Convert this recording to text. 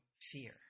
fear